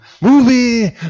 Movie